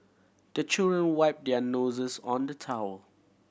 the children wipe their noses on the towel